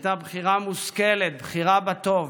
הייתה בחירה מושכלת, בחירה בטוב.